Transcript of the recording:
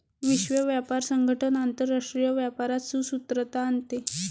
विश्व व्यापार संगठन आंतरराष्ट्रीय व्यापारात सुसूत्रता आणते